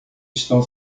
estão